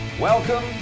Welcome